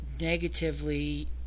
negatively